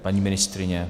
Paní ministryně?